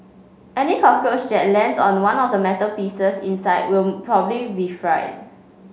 any cockroach that lands on one of the metal pieces inside will probably be fried